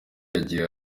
yagiye